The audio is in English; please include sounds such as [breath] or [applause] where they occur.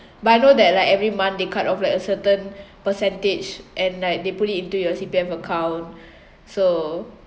but I know that like every month they cut off like a certain percentage and like they put it into your C_P_F account [breath] so